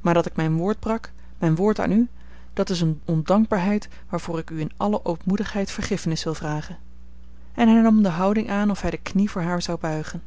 maar dat ik mijn woord brak mijn woord aan u dat is eene ondankbaarheid waarvoor ik u in alle ootmoedigheid vergiffenis wil vragen en hij nam de houding aan of hij de knie voor haar zou buigen